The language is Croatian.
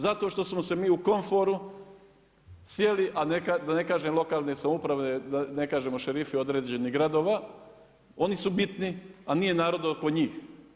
Zato što smo se mi u komforu, sjeli, a da ne kažem lokalne samouprave, da ne kažemo šerifi određenih gradova, oni su bitni, a nije narod oko njih.